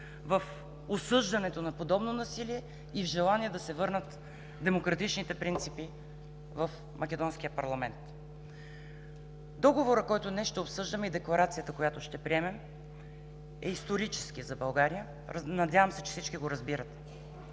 в осъждането на подобно насилие и желание да се върнат демократичните принципи в Македонския парламент. Договорът, който днес ще обсъждаме, и Декларацията, която ще приемем, е исторически за България. Надям се, че всички го разбират.